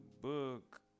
book